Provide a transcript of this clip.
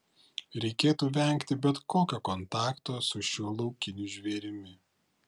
reikėtų vengti bet kokio kontakto su šiuo laukiniu žvėrimi